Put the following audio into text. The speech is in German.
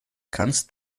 kannst